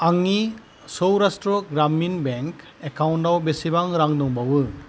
आंनि सौरास्ट्र ग्रामिन बेंक एकाउन्टनाव बेसेबां रां दंबावो